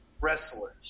wrestlers